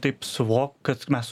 taip suvokt kad mes